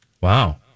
Wow